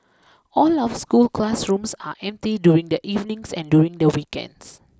all our school classrooms are empty during the evenings and during the weekends